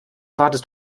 wartest